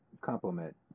compliment